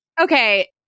Okay